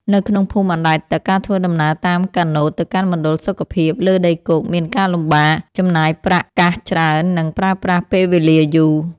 នៅក្នុងភូមិអណ្តែតទឹក ការធ្វើដំណើរតាមកាណូតទៅកាន់មណ្ឌលសុខភាពលើដីគោកមានការលំបាក ចំណាយប្រាក់កាសច្រើន និងប្រើប្រាស់ពេលវេលាយូរ។